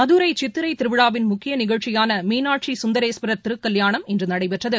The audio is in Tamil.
மதுரைசித்திரைதிருவிழாவின் முக்கியநிகழ்ச்சியானமீனாட்சி சுந்தரேஸ்வரர் திருக்கல்யாணம் இன்றநடைபெற்றது